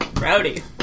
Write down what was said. Rowdy